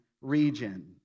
region